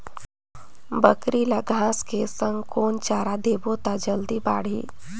बकरी ल घांस के संग कौन चारा देबो त जल्दी बढाही?